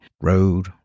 road